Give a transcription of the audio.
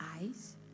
eyes